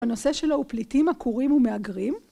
הנושא שלו הוא פליטים עקורים ומהגרים.